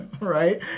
right